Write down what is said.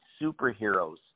superheroes